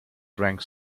drank